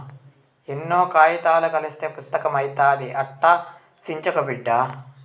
ఎన్నో కాయితాలు కలస్తేనే పుస్తకం అయితాది, అట్టా సించకు బిడ్డా